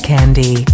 Candy